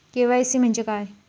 KYC म्हणजे काय?